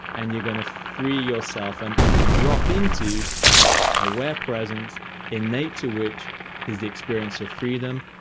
and you're going to free yourself. and drop into aware presence innate to which is the experience of freedom,